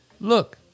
Look